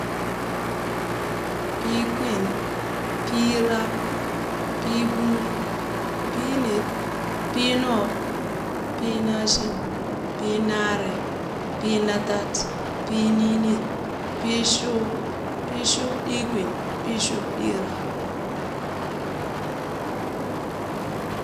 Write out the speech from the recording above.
Pii kwin, Pii rab, Pii gbunung, Pii ned, Pii noob, Pii naashin, Pii naare, Pii natad, Pii niinid, Pii shuub, Pii shubdiikwin, Pii shubdiirab